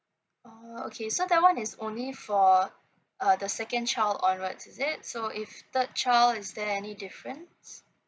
oh okay so that one is only for uh the second child onwards is it so if third child is there any difference